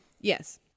Yes